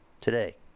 today